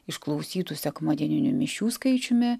išklausytų sekmadieninių mišių skaičiumi